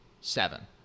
Seven